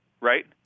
right